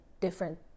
different